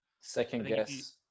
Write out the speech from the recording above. Second-guess